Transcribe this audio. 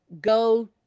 go